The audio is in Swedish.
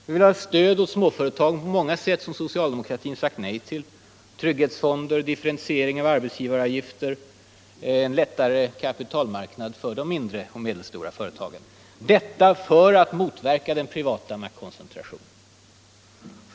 Vi vill att stöd skall ges åt småföretagen på många sätt, stöd som socialdemokratin sagt nej till: trygghetsfonder, differentiering av arbetsgivaravgifter och en lättare kapitalmarknad för de mindre och medelstora företagen. Allt det här bl.a. för att minska privat maktkoncentration.